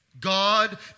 God